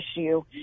issue